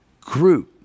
group